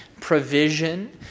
provision